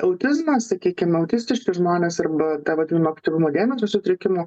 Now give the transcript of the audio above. autizmas sakykim autistiški žmonės arba ta vadinama aktyvumo dėmesio sutrikimo